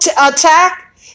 attack